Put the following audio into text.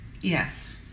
yes